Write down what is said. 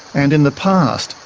and in the past,